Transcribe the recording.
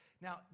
Now